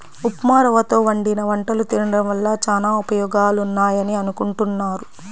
ఉప్మారవ్వతో వండిన వంటలు తినడం వల్ల చానా ఉపయోగాలున్నాయని అనుకుంటున్నారు